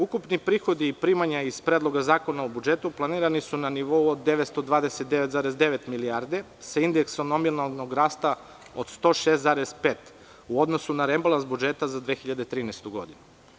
Ukupni prihodi i primanja iz Predloga zakona o budžeta planirani su na nivou od 929,9 milijardi sa indeksom nominalnog rasta od 106,5 u odnosu na rebalans budžeta za 2013. godinu.